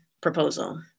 proposal